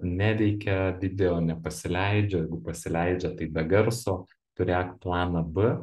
neveikia video nepasileidžia pasileidžia tai be garso turėk planą b